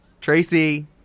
Tracy